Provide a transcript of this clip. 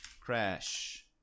crash